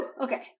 okay